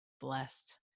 blessed